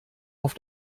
auf